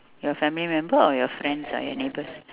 your family member or your friends or your neighbours